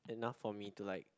enough for me to like